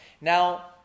Now